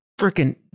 freaking